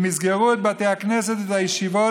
אם יסגרו את בתי הכנסת ואת הישיבות